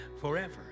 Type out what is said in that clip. forever